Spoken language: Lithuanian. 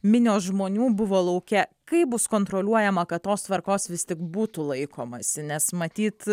minios žmonių buvo lauke kaip bus kontroliuojama kad tos tvarkos vis tik būtų laikomasi nes matyt